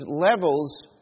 levels